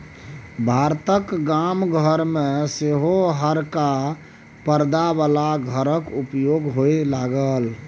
भारतक गाम घर मे सेहो हरका परदा बला घरक उपयोग होए लागलै